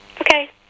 Okay